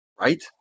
Right